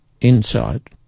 inside